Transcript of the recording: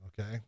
Okay